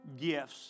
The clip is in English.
gifts